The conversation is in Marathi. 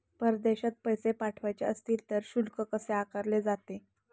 परदेशात पैसे पाठवायचे असतील तर शुल्क कसे आकारले जाते?